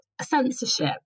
censorship